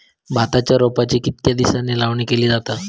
भाताच्या रोपांची कितके दिसांनी लावणी केली जाता?